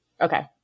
Okay